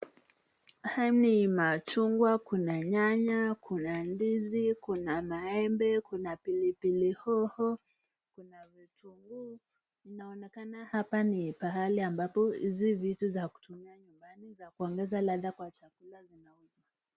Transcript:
Haya ni machungwa, kuna nyanya, kuna ndizi, kuna maembe, kuna pilipili hoho kuna vitunguu. Inaonekana hapa ni pahali ambapo hizi vitu za kutumia nyumbani za kuongeza ladha kwa chakula zinauzwa.